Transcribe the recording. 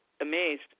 amazed